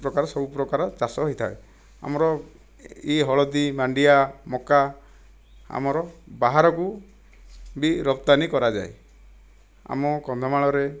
ପ୍ରକାର ସବୁ ପ୍ରକାର ଚାଷ ହୋଇଥାଏ ଆମର ଏହି ହଳଦୀ ମାଣ୍ଡିଆ ମକା ଆମର ବାହାରକୁ ବି ରପ୍ତାନି କରାଯାଏ ଆମ କନ୍ଧମାଳରେ